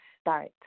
start